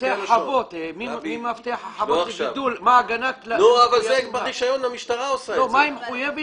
צורך להפנות לחוק